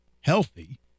healthy